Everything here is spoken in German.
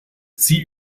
sie